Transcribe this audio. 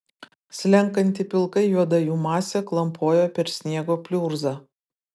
slenkanti pilkai juoda jų masė klampojo per sniego pliurzą